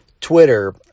twitter